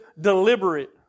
deliberate